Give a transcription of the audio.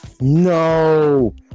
No